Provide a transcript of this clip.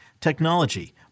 technology